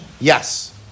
yes